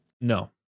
No